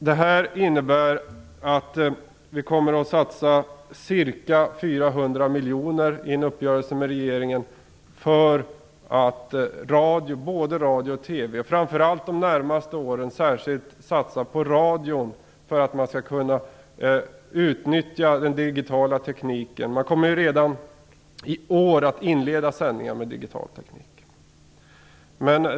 Det här innebär att vi enligt en uppgörelse med regeringen kommer att satsa ca 400 miljoner på både radio och TV, men de närmaste åren sker satsningen särskilt på radion för att man skall kunna utnyttja den digitala tekniken. Man kommer redan i år att inleda sändningar med digital teknik.